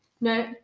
no